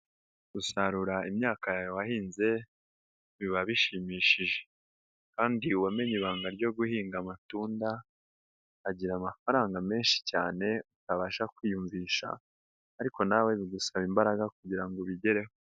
Gusarura imyaka yawe wahinze, biba bishimishije kandi uwamenye ibanga ryo guhinga amatunda, agira amafaranga menshi cyane atabasha kwiyumvisha ariko nawe bigusaba imbaraga kugira ngo ubigereho.